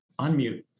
unmute